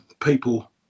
people